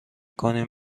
کنیم